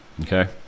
okay